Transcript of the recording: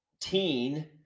teen